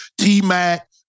T-Mac